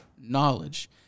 knowledge